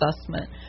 assessment